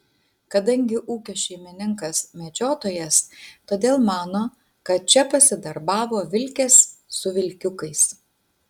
kadangi ūkio šeimininkas medžiotojas todėl mano kad čia pasidarbavo vilkės su vilkiukais